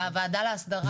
הוועדה להסדרה.